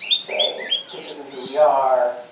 saying, this isn't who we are.